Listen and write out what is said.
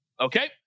Okay